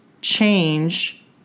change